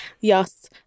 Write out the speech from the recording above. Yes